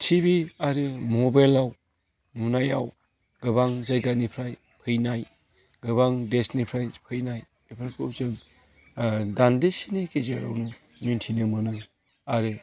ति भि आरो मबाइलआव नुनायाव गोबां जायगानिफ्राय फैनाय गोबां देसनिफ्राय फैनाय बेफोरखौ जों दान्दिसेनि गेजेरावनो मिन्थिनो मोनो आरो